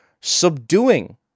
subduing